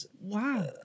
Wow